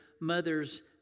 mother's